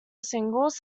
singles